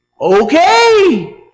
Okay